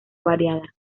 variada